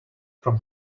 from